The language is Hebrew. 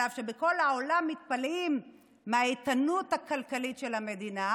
שבכל העולם מתפלאים מהאיתנות הכלכלית של המדינה.